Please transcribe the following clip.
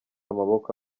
amaboko